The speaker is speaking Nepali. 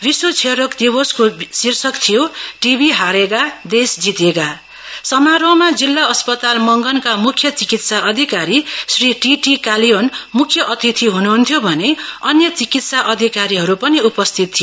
विश्व क्षयरोग दिवसको विषय थियो टीबी हारेगा देश जितेगा समारोहमा जिल्ला अस्पताल मंगनका मुख्य चिकित्सा अधिकारी श्री टीटी कालियोन मुख्य अतिथि हुनुहन्थ्यो भने अन्य चिकित्सा अधिकारीहरूको पनि उपस्थिति थियो